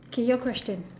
okay your question